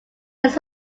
this